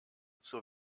zur